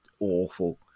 awful